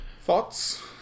Thoughts